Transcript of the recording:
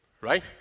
right